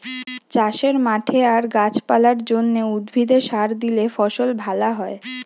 চাষের মাঠে আর গাছ পালার জন্যে, উদ্ভিদে সার দিলে ফসল ভ্যালা হয়